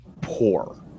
poor